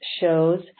shows